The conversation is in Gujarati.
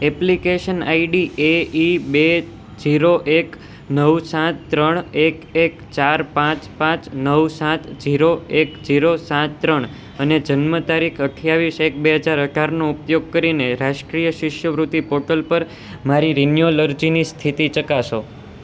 એપ્લિકેશન આઇડી એ ઇ બે જીરો એક નવ સાત ત્રણ એક એક ચાર પાંચ પાંચ નવ સાત જીરો એક જીરો સાત ત્રણ અને જન્મતારીખ અઠયાવીસ એક બે હજાર અઢારનો ઉપયોગ કરીને રાષ્ટ્રીય શિષ્યવૃત્તિ પોર્ટલ પર મારી રિન્યુઅલ અરજીની સ્થિતિ ચકાસો